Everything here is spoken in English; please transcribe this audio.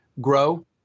grow